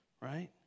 right